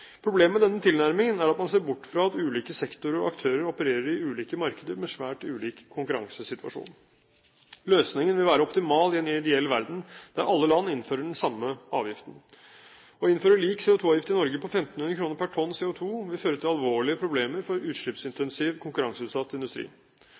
Problemet med denne tilnærmingen er at man ser bort fra at ulike sektorer og aktører opererer i ulike markeder med svært ulik konkurransesituasjon. Løsningen vil være optimal i en ideell verden der alle land innfører den samme avgiften. Å innføre lik CO2-avgift i Norge på 1 500 kr per tonn CO2 vil føre til alvorlige problemer for